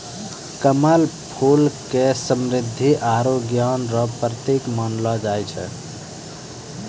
कमल फूल के समृद्धि आरु ज्ञान रो प्रतिक मानलो जाय छै